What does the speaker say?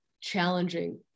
challenging